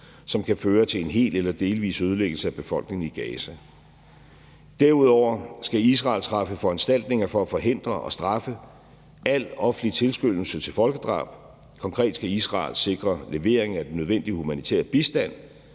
som kan føre til hel eller delvis ødelæggelse af befolkningen i Gaza. Derudover skal Israel træffe foranstaltninger for at forhindre og straffe al offentlig tilskyndelse til folkedrab. Konkret skal Israel sikre levering af den nødvendige humanitære bistand